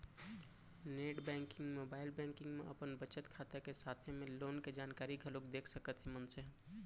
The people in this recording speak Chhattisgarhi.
नेट बेंकिंग, मोबाइल बेंकिंग म अपन बचत खाता के साथे म लोन के जानकारी घलोक देख सकत हे मनसे ह